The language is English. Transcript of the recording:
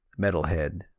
metalhead